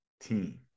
team